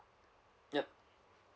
yup